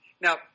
now